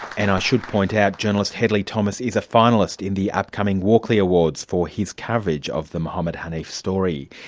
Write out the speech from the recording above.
and i should point out journalist hedley thomas is a finalist in the upcoming walkley awards for his coverage of the mohamed haneef story.